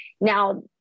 Now